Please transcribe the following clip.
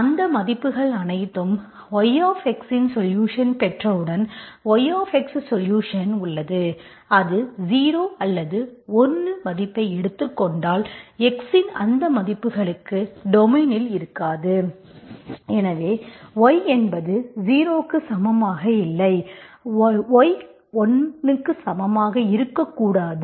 அந்த மதிப்புகள் அனைத்தும் yஇன் சொலுஷன் பெற்றவுடன் y சொலுஷன் உள்ளது அது 0 அல்லது 1 மதிப்பை எடுத்துக் கொண்டால் x இன் அந்த மதிப்புகளுக்கு டொமைனில் இருக்காது எனவே y என்பது 0 க்கு சமமாக இல்லை y 1 க்கு சமமாக இருக்கக்கூடாது